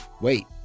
Wait